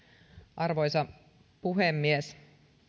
arvoisa puhemies